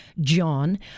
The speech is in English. John